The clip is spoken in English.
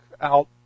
out